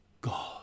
God